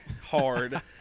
hard